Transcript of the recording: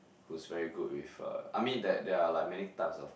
who's very good with a I mean that there are like many types of